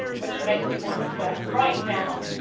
which makes me want to swear right now.